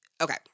okay